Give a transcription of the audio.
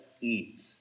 eat